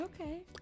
Okay